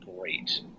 great